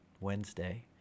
Wednesday